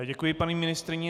Děkuji paní ministryni.